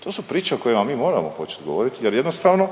To su priče o kojima mi moramo početi govoriti, jer jednostavno